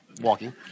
Walking